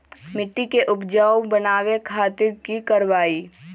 मिट्टी के उपजाऊ बनावे खातिर की करवाई?